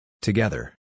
Together